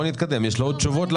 יש עוד תשובות.